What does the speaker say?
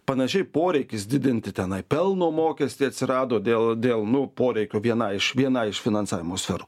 panašiai poreikis didinti tenai pelno mokestį atsirado dėl dėl nu poreikio vienai iš vienai iš finansavimo sferų